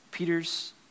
Peter's